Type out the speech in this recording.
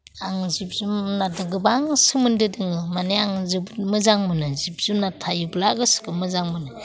आङो जिब जुनारदो गोबां सोमोन्दो दोङो माने आं मोजां मोनो जिब जुनार थायोब्ला गोसोखो मोजां मोनो